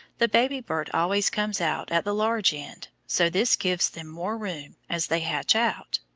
the baby bird always comes out at the large end, so this gives them more room, as they hatch out.